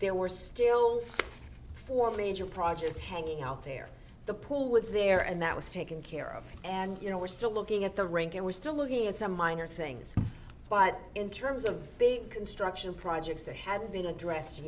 there were still four major projects hanging out there the pool was there and that was taken care of and you know we're still looking at the rink and we're still looking at some minor things but in terms of big construction projects that had been addressed